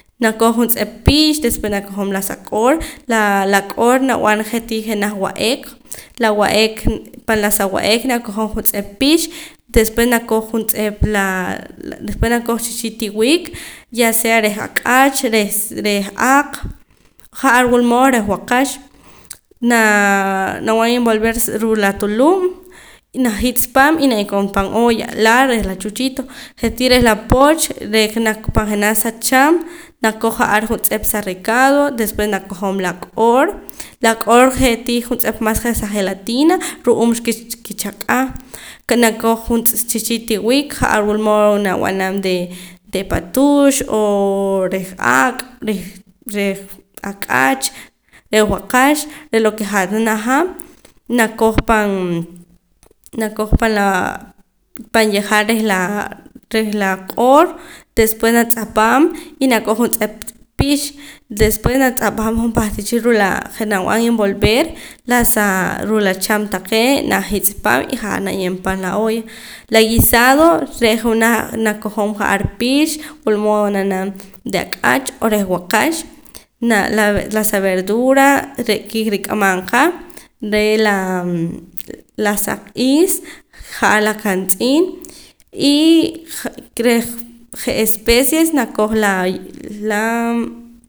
Nakojom juntz'ep pix despué nakojom la sa q'oor la laa q'oor nab'an je'tii jenaj wa'ek la wa'ek pan la sa wa'ek nakojom juntz'ep pix después nakoj juntz'ep laa después nakoj sichii' tiwik ya sea reh ak'ach reh aaq ja'ar wulmood reh waakax naa nab'an envolver sa ruu' la tulub' y najitz' paam y naye'eem koon pan olla laa' reh la chuchito je'tii reh la pooch re'ka pan jenaj sa chaam nakoj ja'ar juntz'ep sa recado después nakojom la q'oor la q'oor je'tii juntz'ep más je sa gelatina ru'uum ke xkichaq'aa nakoj sichii' tiwik ja'ar wulmood nab'anam de de paatux o reh aaq reh reh ak'ach reh waakax de lo ke hat ta najaam nakoj pan nakoj pan la pan yelaal reh la reh la q'oor después nach'apaam y nakoj juntz'ep pix después natz'apaam junpach tii cha ruu' la je' nab'an envolver la saa ruu' la chaam taqee' najitz'paam y ja're naye'em pan la olla la guisado re' junaj nakojom ja'ar pix wulmood na'nam de ak'ach o reh waakax naa la sa verdura re'ka rik'amam ka re' la la saq is ja'ar la q'an tz'iin y keh re' especias nakoj la laa